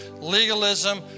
legalism